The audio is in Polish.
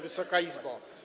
Wysoka Izbo!